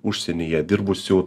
užsienyje dirbusių